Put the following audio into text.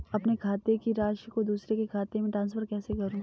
अपने खाते की राशि को दूसरे के खाते में ट्रांसफर कैसे करूँ?